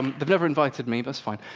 they've never invited me, that's fine.